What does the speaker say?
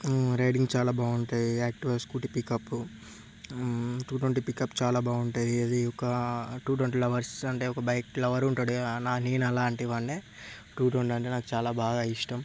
riding చాలా బాగుంటుంది active scooty pickup two twenty pickup చాలా బాగుంటుంది అది ఒక టూ ట్వంటీ లవర్స్ అంటే ఒక బైక్ లవర్ ఉంటాడు కదా నేను అలాంటి వాడినే టూ ట్వంటీ అంటే నాకు చాలా బాగా ఇష్టం